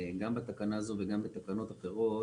גם בתקנה הזאת וגם בתקנות אחרות,